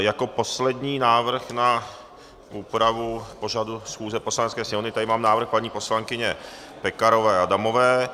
Jako poslední návrh na úpravu pořadu schůze Poslanecké sněmovny tady mám návrh paní poslankyně Pekarové Adamové.